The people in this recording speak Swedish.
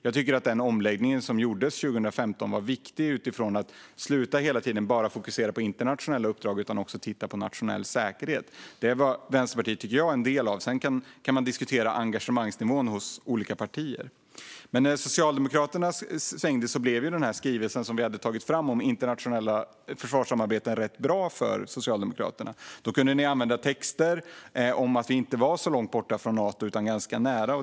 Jag tycker att den omläggning som gjordes 2015 var viktig utifrån att man slutade att hela tiden bara fokusera på internationella uppdrag och i stället också tittade på nationell säkerhet. Jag tycker att Vänsterpartiet var en del av detta - sedan kan man diskutera engagemangsnivån hos olika partier. När Socialdemokraterna svängde blev den skrivelse som vi hade tagit fram om internationella försvarssamarbeten rätt bra för Socialdemokraterna. Då kunde ni använda texter om att Sverige inte var så långt borta från Nato, utan ganska nära.